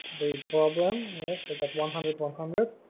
the problem yes look at one hundred one hundred